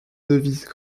devise